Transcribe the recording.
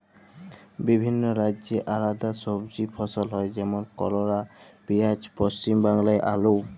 বিভিল্য রাজ্যে আলেদা সবজি ফসল হ্যয় যেমল করলা, পিয়াঁজ, পশ্চিম বাংলায় আলু